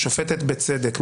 השופטת בצדק,